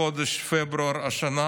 בחודש פברואר השנה